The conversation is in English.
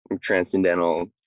transcendental